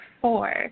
four